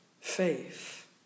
faith